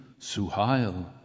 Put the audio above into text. Suhail